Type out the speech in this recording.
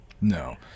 No